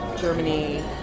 Germany